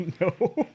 no